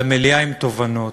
למליאה, עם תובנות.